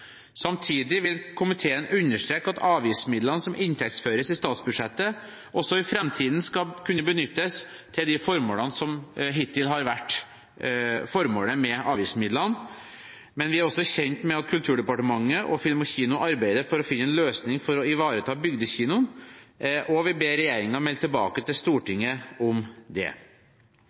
Samtidig vil komiteen understreke at avgiftsmidlene som inntektsføres i statsbudsjettet, også i framtiden skal kunne benyttes til de formålene som hittil har vært formålet med avgiftsmidlene, men vi er også kjent med at Kulturdepartementet og Film & Kino arbeider for å finne en løsning for å ivareta bygdekinoen, og vi ber regjeringen melde tilbake til